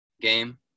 game